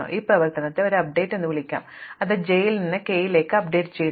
അതിനാൽ ഈ പ്രവർത്തനത്തെ ഒരു അപ്ഡേറ്റ് എന്ന് വിളിക്കാം അത് j ൽ നിന്ന് k അപ്ഡേറ്റുചെയ്യുന്നു